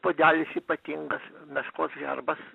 puodelis ypatingas meškos herbas